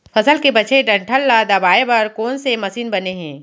फसल के बचे डंठल ल दबाये बर कोन से मशीन बने हे?